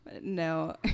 no